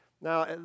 Now